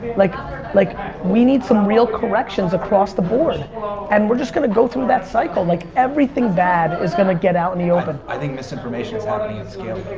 like like we need some real corrections across the board and we're just gonna go through that cycle, like everything bad is gonna get out in the open. i think misinformation's happening in scale,